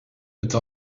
het